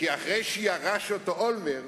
כי אחרי שירש אותו אולמרט,